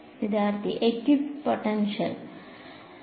വിദ്യാർത്ഥി എക്വിപൊട്ടൻഷ്യൽ Equipotential